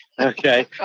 Okay